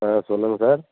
ஆ சொல்லுங்கள் சார்